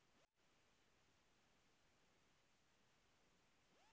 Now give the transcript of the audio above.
चरखा नया क्रांति के पहिले से ही चलल आ रहल हौ